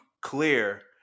clear